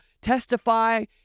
testify